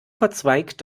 verzweigt